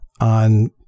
on